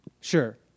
sure